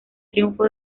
triunfo